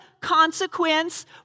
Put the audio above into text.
consequence